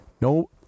no